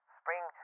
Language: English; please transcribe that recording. spring